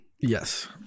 Yes